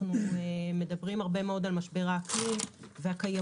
אנחנו מדברים הרבה מאוד על משבר האקלים והקיימות,